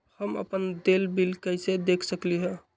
हम अपन देल बिल कैसे देख सकली ह?